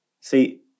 See